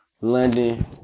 London